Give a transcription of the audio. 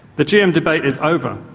the gm debate is over.